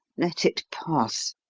let it pass.